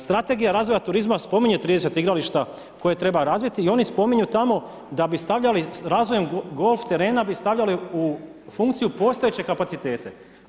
Strategija razvoja turizma spominje 30 igrališta koje treba razviti i oni spominju tamo da bi stavljali razvojem golf terena bi stavljali u funkciju postojeće kapacitete.